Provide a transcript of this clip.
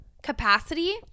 capacity